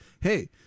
hey